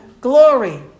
glory